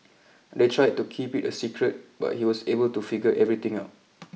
they tried to keep it a secret but he was able to figure everything out